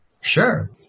Sure